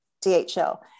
DHL